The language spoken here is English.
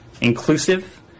inclusive